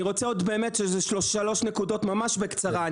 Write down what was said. אני רוצה עוד שלוש נקודות ממש בקצרה.